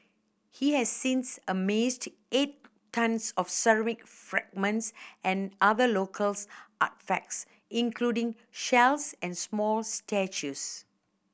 he has since amassed eight tonnes of ceramic fragments and other local artefacts including shells and small statues